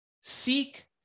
Seek